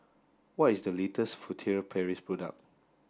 what is the latest Furtere Paris product